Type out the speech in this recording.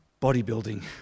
bodybuilding